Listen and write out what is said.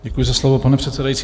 Děkuji za slovo, pane předsedající.